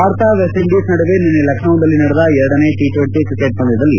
Bharat West Indies ನಡುವೆ ನಿನ್ನೆ ಲಕ್ನೌನಲ್ಲಿ ನಡೆದ ಎರಡನೇ ಟ ಟ್ನೆಂಟ ಕ್ರಿಕೆಟ್ ಪಂದ್ಯದಲ್ಲಿ